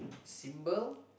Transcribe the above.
symbol